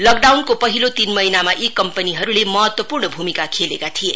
लकडाउनको पहिलो तीन महिनामा यी कम्पनीहरूले महत्वपूर्ण भूमिका खेलेका थिए